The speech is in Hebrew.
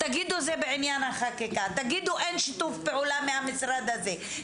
תגידו שזה בעניין החקיקה או תגידו שאין שיתוף פעולה מהמשרד הזה,